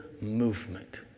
movement